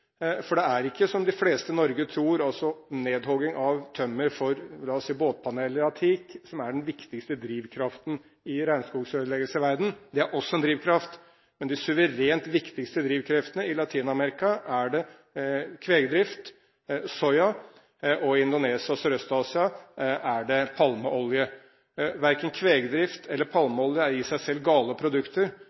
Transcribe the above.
for det er ikke som de fleste i Norge tror, at det er nedhogging av tømmer for – la oss si – båtpaneler av teak som er den viktigste drivkraften i regnskogødeleggelsen i verden. Det er også en drivkraft, men de suverent viktigste drivkreftene i Latin-Amerika er kvegdrift og soya, og i Indonesia og Sørøst-Asia er det palmeolje. Verken kvegdrift eller utvinning av palmeolje er i seg selv